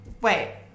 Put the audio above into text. wait